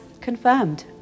confirmed